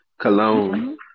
cologne